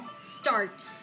start